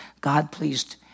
God-pleased